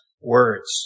words